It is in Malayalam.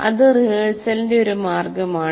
അത് റിഹേഴ്സലിന്റെ ഒരു മാർഗമാണ്